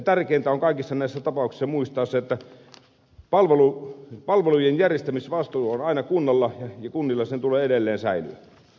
tärkeintä kaikissa näissä tapauksissa on muistaa se että palvelujen järjestämisvastuu on aina kunnalla ja kunnilla sen tulee edelleen säilyä